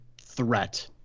threat